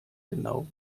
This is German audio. genau